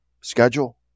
schedule